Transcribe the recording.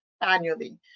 annually